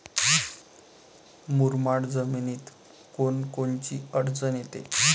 मुरमाड जमीनीत कोनकोनची अडचन येते?